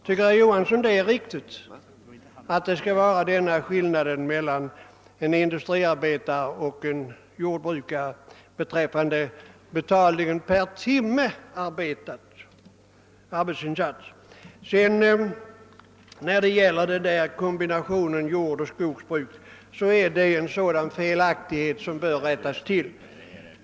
Tycker herr Johanson att det är riktigt att det är en sådan skillnad mellan en industriarbetare och en jordbrukare beträffande betalningen per timmes arbetsinsats? Vad beträffar kombinationen jordoch skogsbruk och dess lånemöjligheter är det en ytterligare felaktighet som bör rättas till.